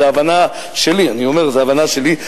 זו הבנה שלי, אני אומר: זו הבנה שלי.